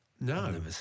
No